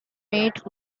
mate